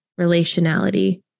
relationality